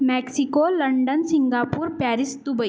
Mexico London Singapore Paris Dubai